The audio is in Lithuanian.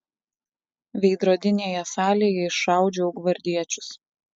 veidrodinėje salėje iššaudžiau gvardiečius